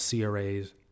CRAs